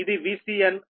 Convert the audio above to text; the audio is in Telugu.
ఇది VCn